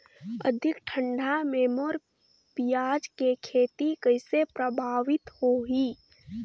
अधिक ठंडा मे मोर पियाज के खेती कइसे प्रभावित होही?